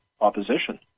opposition